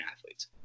athletes